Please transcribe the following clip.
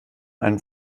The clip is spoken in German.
einen